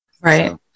Right